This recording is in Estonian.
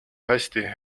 hästi